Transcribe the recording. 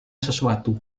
sesuatu